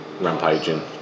rampaging